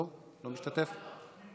התשפ"א 2020,